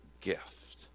gift